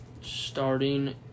starting